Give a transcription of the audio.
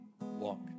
walk